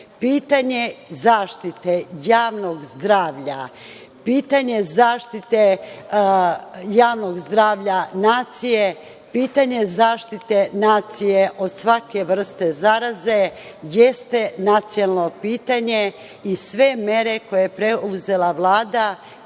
zaštite javnog zdravlja, pitanje zaštite javnog zdravlja nacije, pitanje nacije od svake vrste zaraze, jeste nacionalno pitanje i sve mere koje je preduzela Vlada,